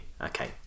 Okay